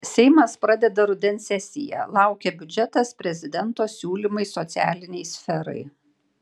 seimas pradeda rudens sesiją laukia biudžetas prezidento siūlymai socialinei sferai